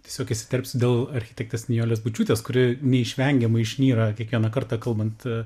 tiesiog įsiterpsiu dėl architektės nijolės bučiūtės kuri neišvengiamai išnyra kiekvieną kartą kalbant a